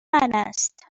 است